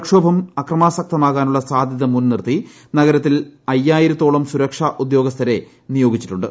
പ്രക്ഷോഭം അക്രമാസക്തമാകാനുള്ള സാധ്യത മുൻനിർത്തി നഗരത്തിൽ അയ്യായിര ത്തോളം സുരക്ഷാ ഉദ്യോഗസ്ഥരെ നിയോഗിച്ചിട്ടുണ്ട്